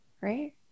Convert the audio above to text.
right